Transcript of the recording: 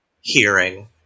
hearing